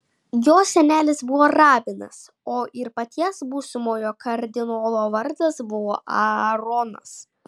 jo senelis buvo rabinas o ir paties būsimojo kardinolo vardas buvo aaronas